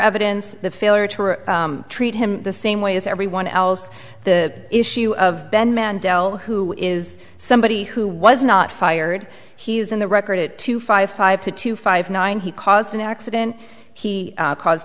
evidence the failure to treat him the same way as everyone else the issue of ben mendell who is somebody who was not fired he's on the record it two five five to two five nine he caused an accident he caused